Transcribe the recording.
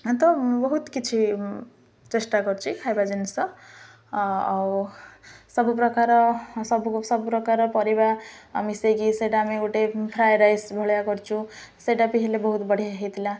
ତ ବହୁତ କିଛି ଚେଷ୍ଟା କରଛି ଖାଇବା ଜିନିଷ ଆଉ ସବୁପ୍ରକାର ସବୁ ସବୁ ପ୍ରକାର ପରିବା ମିଶାଇକି ସେଇଟା ଆମେ ଗୋଟେ ଫ୍ରାଏ ରାଇସ୍ ଭଳିଆ କରଛୁ ସେଇଟା ବିି ହେଲେ ବହୁତ ବଢ଼ିଆ ହେଇଥିଲା